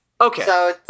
Okay